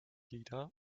lieder